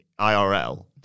IRL